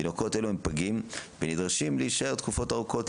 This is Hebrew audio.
תינוקות אלה הם פגים ונדרשים להישאר תקופות ארוכות,